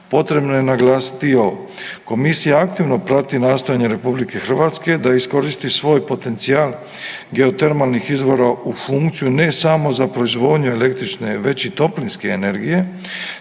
potrebno je naglasiti i ovo. Komisija aktivno prati nastojanje RH da iskoristi svoj potencijal geotermalnih izvora u funkciju ne samo za proizvodnju električne već i toplinske energije,